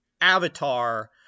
avatar